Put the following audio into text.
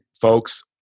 folks